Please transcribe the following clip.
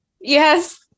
Yes